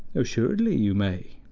assuredly you may,